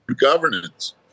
governance